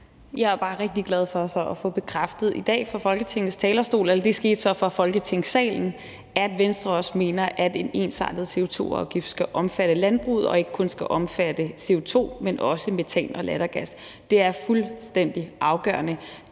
talerstol – eller det skete så fra Folketingssalen – at Venstre også mener, at en ensartet CO2-afgift skal omfatte landbruget og ikke kun skal omfatte CO2, men også metan og lattergas. Det er fuldstændig afgørende,